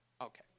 Okay